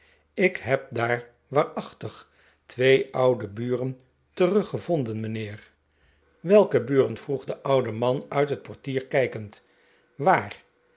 ik heb daar waarachtig twee oude buren teruggevonden mijnheer welke buren vroeg de oude man uit het portier kijkend waar